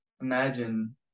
imagine